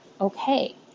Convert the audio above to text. okay